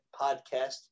podcast